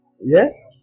Yes